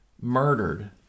murdered